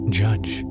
judge